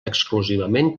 exclusivament